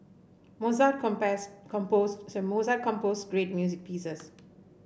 mozart composed mozart composed great music pieces